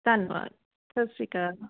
ਧੰਨਵਾਦ ਸਤਿ ਸ਼੍ਰੀ ਅਕਾਲ